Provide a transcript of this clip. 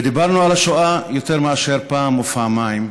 ודיברנו על השואה יותר מאשר פעם ופעמיים,